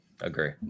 Agree